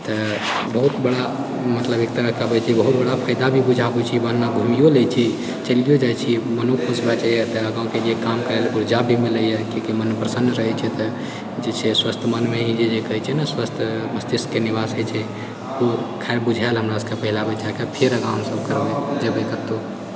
तऽ बहुत बड़ा मतलब एक तरहकेँ कहबै कि बहुत बड़ा फायदा भी बुझाबै छै घुमियो लै छी चलियो जाइत छी मनो खुश भए जाइए काम करै भी ऊर्जा भी मिलैए जेकि मन प्रसन्न रहैत छै तऽ जे छै स्वस्थ मनमे ही जे कहै छै ने स्वस्थ मष्तिष्कके निवास होइत छै ई बुझाएल हमरा सबकेँ फेर आगाँ हमसब जेबै कतहु